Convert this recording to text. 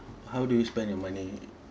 how do you spend your money